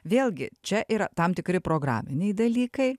vėlgi čia yra tam tikri programiniai dalykai